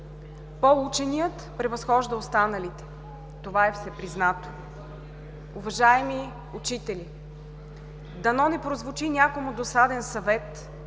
По-ученият превъзхожда останалите. Това е всепризнато. Уважаеми учители, дано не прозвучи някому досаден съвет,